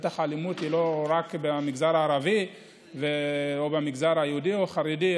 לבטח האלימות היא לא רק במגזר הערבי או במגזר היהודי או החרדי.